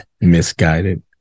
Misguided